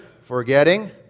forgetting